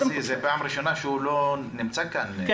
זאת פעם ראשונה שחזי לא נמצא כאן...